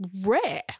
rare